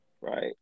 Right